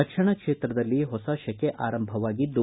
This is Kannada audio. ರಕ್ಷಣಾ ಕ್ಷೇತ್ರದಲ್ಲಿ ಹೊಸ ಶಕೆ ಆರಂಭವಾಗಿದ್ದು